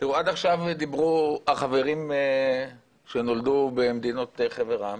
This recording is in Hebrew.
עד עכשיו דיברו החברים שנולדו במדינות חבר העמים.